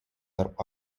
tarp